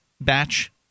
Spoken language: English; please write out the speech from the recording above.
batch